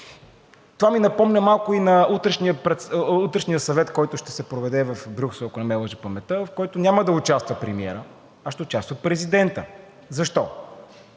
Това ми напомня малко и на утрешния съвет, който ще се проведе в Брюксел, ако не ме лъже паметта, в който няма да участва премиерът, а ще участва президентът. Защо?